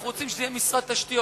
אנחנו רוצים שזה יהיה משרד תשתיות.